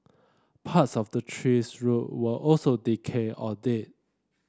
parts of the tree's root were also decayed or dead